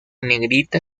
negrita